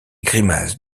grimaces